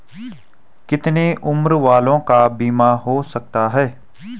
कितने उम्र वालों का बीमा हो सकता है?